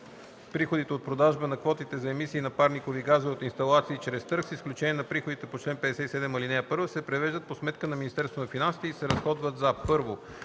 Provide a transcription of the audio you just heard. Приходите от продажба на квотите за емисии на парникови газове от инсталации чрез търг с изключение на приходите по чл. 57, ал. 1 се превеждат по сметка на Министерството на финансите и се разходват за: 1.